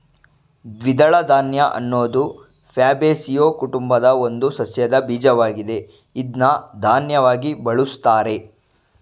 ದ್ವಿದಳ ಧಾನ್ಯ ಅನ್ನೋದು ಫ್ಯಾಬೇಸಿಯೊ ಕುಟುಂಬದ ಒಂದು ಸಸ್ಯದ ಬೀಜವಾಗಿದೆ ಇದ್ನ ಧಾನ್ಯವಾಗಿ ಬಳುಸ್ತಾರೆ